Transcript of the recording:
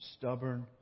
stubborn